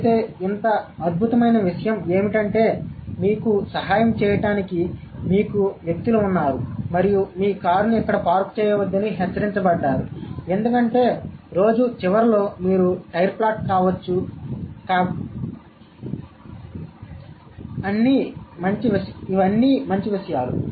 అయితే ఇంత అద్భుతమైన విషయం ఏమిటంటే మీకు సహాయం చేయడానికి మీకు వ్యక్తులు ఉన్నారు మరియు మీ కారును ఇక్కడ పార్క్ చేయవద్దని హెచ్చరించబడ్డారు ఎందుకంటే రోజు చివరిలో మీరు టైర్ ఫ్లాట్ కావచ్చు కాబట్టి అన్ని మంచి విషయాలు